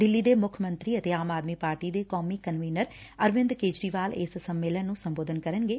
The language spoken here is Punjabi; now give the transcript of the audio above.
ਦਿੱਲੀ ਦੇ ਮੁੱਖ ਮੰਤਰੀ ਅਤੇ ਆਮ ਆਦਮੀ ਪਾਰਟੀ ਦੇ ਕੌਮੀ ਕਨਵੀਨਰ ਅਰਵਿੰਦ ਕੇਜਰੀਵਾਲ ਇਸ ਸੰਮੇਲਨ ਨੂੰ ਸੰਬੋਧਨ ਕਰਨਗੇ